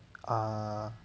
ah ya